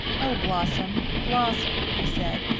oh, blossom, blossom! he said,